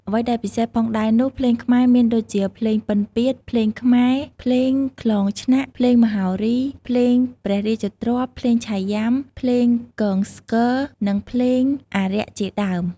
អ្វីដែលពិសេសផងដែរនោះភ្លេងខ្មែរមានដូចជាភ្លេងពិណ្យពាទ្យ ភ្លេងខ្មែរ ភ្លេងក្លងឆ្នាក់ ភ្លេងមហោរី ភ្លេងព្រះរាជទ្រព្យ ភ្លេងឆៃយុំា ភ្លេងគងស្គរ និងភ្លេងអារក្ខជាដើម។